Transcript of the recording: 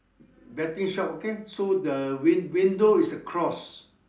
betting shop okay so the win~ window is a cross